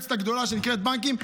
המפלצת הגדולה שנקראת בנקים,